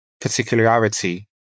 particularity